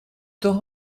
toch